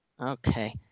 Okay